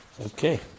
Okay